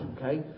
okay